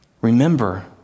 remember